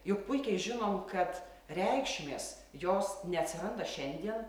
juk puikiai žinom kad reikšmės jos neatsiranda šiandien